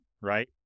right